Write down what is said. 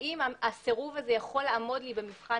האם הסירוב הזה יכול לעמוד לי במבחן